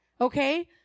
Okay